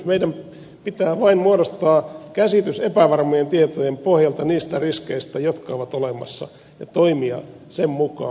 meidän pitää vain muodostaa käsitys epävarmojen tietojen pohjalta niistä riskeistä jotka ovat olemassa ja toimia sen mukaan